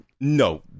No